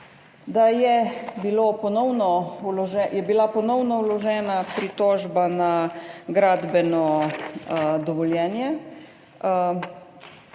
da je bila ponovno vložena pritožba na gradbeno dovoljenje.